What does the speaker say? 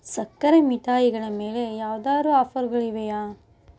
ಸಕ್ಕರೆ ಮಿಠಾಯಿಗಳ ಮೇಲೆ ಯಾವ್ದಾದ್ರು ಆಫರ್ಗಳು ಇವೆಯಾ